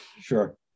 Sure